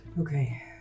Okay